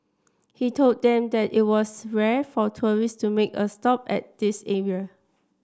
he told them that it was rare for tourists to make a stop at this area